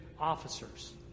officers